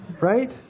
right